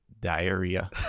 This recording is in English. diarrhea